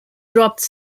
dropped